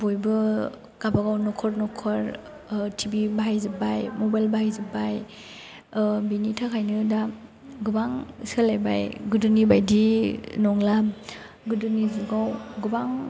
बयबो गाबागाव नखर नखर टि भि बाहाय जोब्बाय मबाइल बाहाय जोब्बाय बिनि थाखायनो दा गोबां सोलायबाय गोदोनि बायदि नंला गोदोनि जुगाव गोबां